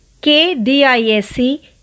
KDISC